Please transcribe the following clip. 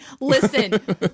Listen